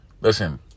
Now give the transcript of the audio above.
listen